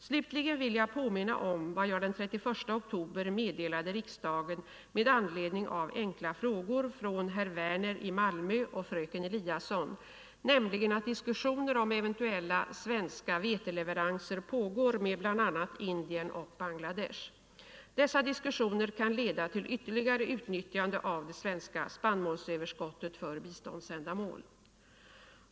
Slutligen vill jag påminna om vad jag den 31 oktober meddelade riksdagen med anledning av enkla frågor från herr Werner i Malmö och fröken Eliasson, nämligen att diskussioner om eventuella svenska veteleveranser pågår med bl.a. Indien och Bangladesh. Dessa diskussioner kan leda till ytterligare utnyttjande av det svenska spannmålsöverskottet för biståndsändamål.